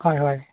হয় হয়